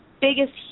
biggest